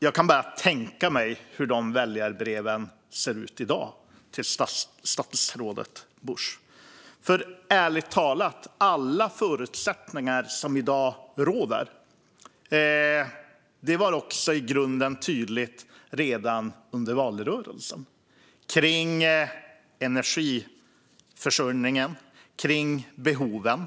Jag kan bara tänka mig hur väljarbreven till statsrådet Busch ser ut i dag. Ärligt talat - alla förutsättningar kring energiförsörjningen och behoven som i dag råder var i grunden tydliga redan under valrörelsen.